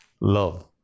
Love